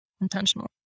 intentional